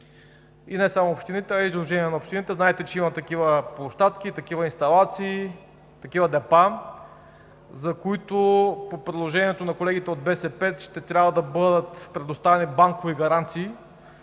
и не само общините, а и Сдружението на общините. Знаете, че има такива площадки, такива инсталации, такива депа, за които по предложението на колегите от БСП ще трябва да бъдат предоставени банкови гаранции,